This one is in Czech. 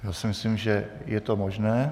Já si myslím, že je to možné.